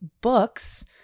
books